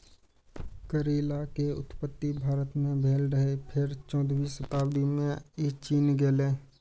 करैला के उत्पत्ति भारत मे भेल रहै, फेर चौदहवीं शताब्दी मे ई चीन गेलै